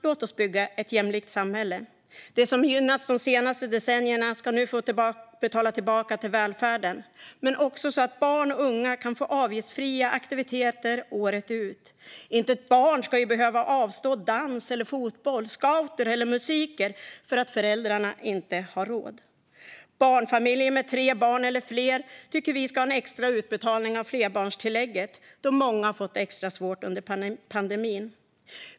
Låt oss bygga ett jämlikt samhälle! De som gynnats de senaste decennierna ska nu få betala tillbaka till välfärden, också så att barn och unga kan få avgiftsfria aktiviteter året ut. Inte ett barn ska behöva avstå dans eller fotboll, scouter eller musik för att föräldrarna inte har råd. Barnfamiljer med tre barn eller fler tycker vi ska få extra utbetalning av flerbarnstillägget, då många har fått det extra svårt under pandemin.